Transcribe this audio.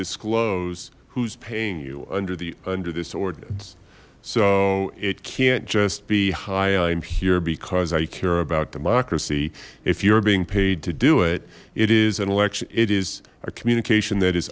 disclose who's paying you under the under this ordinance so it can't just be hi i'm here because i care about democracy if you're being paid to do it it is an election it is a communication that is